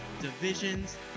Divisions